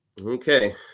Okay